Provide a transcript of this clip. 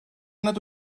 nad